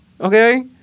Okay